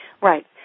Right